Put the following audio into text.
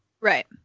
Right